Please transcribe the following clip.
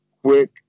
quick